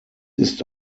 ist